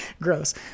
Gross